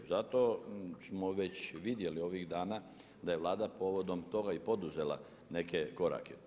Zato smo već vidjeli ovih dana da je Vlada povodom toga i poduzela neke korake.